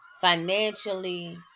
financially